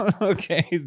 Okay